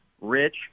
rich